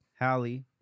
Hallie